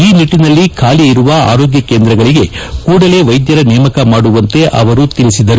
ಈ ನಿಟ್ಟನಲ್ಲಿ ಖಾಲಿಯರುವ ಆರೋಗ್ಯ ಕೇಂದ್ರಗಳಗೆ ಕೂಡಲೇ ವೈದ್ಯರ ನೇಮಕ ಮಾಡುವಂತೆ ಅವರು ತಿಳಿಸಿದರು